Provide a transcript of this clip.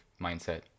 mindset